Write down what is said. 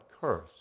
curse